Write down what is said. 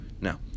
Now